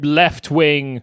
left-wing